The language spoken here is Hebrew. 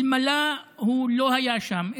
אלמלא הוא היה שם,